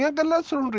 the letter.